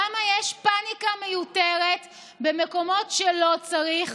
למה יש פניקה מיותרת במקומות שלא צריך,